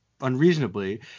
unreasonably